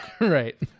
right